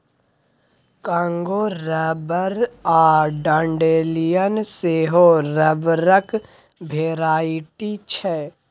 Congo rubber आ dandelion सेहो रबरक भेराइटी छै